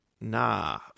nah